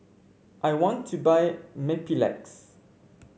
I want to buy Mepilex